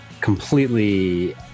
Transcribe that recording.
completely